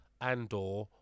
Andor